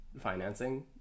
financing